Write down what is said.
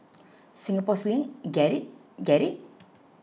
Singapore Sling get it get it